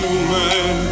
Human